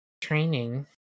training